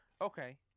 Okay